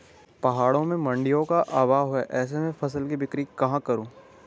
पहाड़ों में मडिंयों का अभाव है ऐसे में फसल की बिक्री कहाँ करूँ?